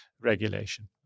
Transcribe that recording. regulation